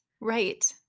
Right